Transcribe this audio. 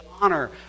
honor